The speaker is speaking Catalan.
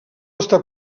estar